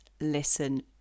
listen